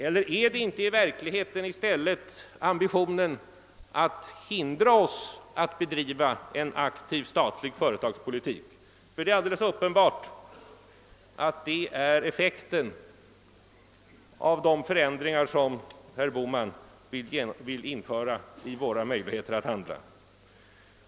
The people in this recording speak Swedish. Eller är det inte i stället ambitionen att hindra oss att bedriva en aktiv statlig företagspolitik? Det är alldeles uppenbart att detta är effekten av de förändringar som herr Bohman vill införa beträffande våra möjligheter att handla.